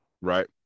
right